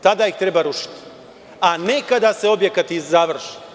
Tadaih treba rušiti, a ne kada se objekat završi.